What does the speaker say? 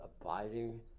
abiding